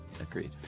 Agreed